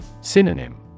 Synonym